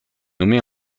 nommée